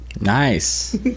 Nice